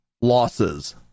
losses